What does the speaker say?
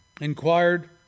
Inquired